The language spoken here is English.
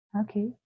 Okay